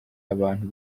abantu